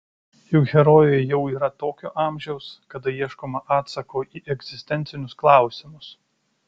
juk herojai jau yra tokio amžiaus kada ieškoma atsako į egzistencinius klausimus